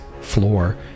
floor